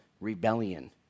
rebellion